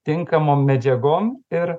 tinkamom medžiagom ir